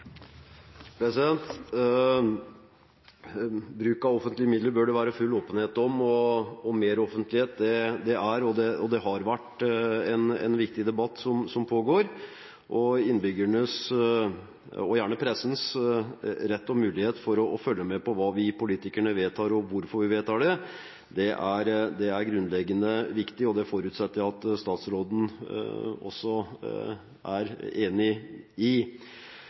og har vært en viktig debatt som pågår. Innbyggernes – og gjerne pressens – rett og mulighet til å følge med på hva vi politikere vedtar, og hvorfor vi vedtar det, er grunnleggende viktig. Det forutsetter jeg at statsråden også er enig i.